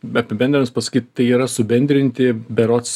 apibendrinus pasakyt tai yra subendrinti berods